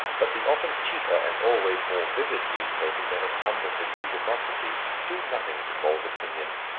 but the often cheaper and always more vivid newspapers that have come with the new democracy do nothing to mould opinion.